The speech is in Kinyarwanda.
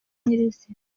nyir’izina